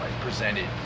presented